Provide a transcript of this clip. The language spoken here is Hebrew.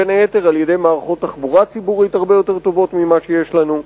בין היתר על-ידי מערכות תחבורה ציבורית הרבה יותר טובות ממה שיש לנו.